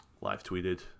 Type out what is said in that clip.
live-tweeted